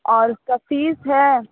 और उसका फीस है